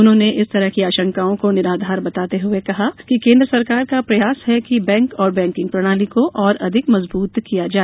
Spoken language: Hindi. उन्होंने इस तरह की आशंकाओं को निराधार बताते हुए कहा कि केन्द्र सरकार का प्रयास है कि बैंक और बैंकिंग प्रणाली को और अधिक मजबूत किया जाए